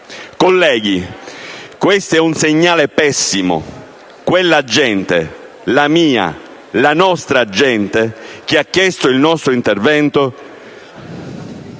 Colleghi, questo è un segnale pessimo. Quella gente - la mia, la nostra gente -che ha chiesto il nostro intervento